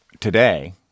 Today